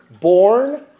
born